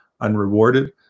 unrewarded